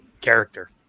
character